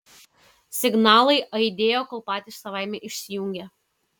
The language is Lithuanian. signalai aidėjo kol patys savaime išsijungė